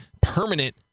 permanent